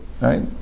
right